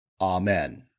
Amen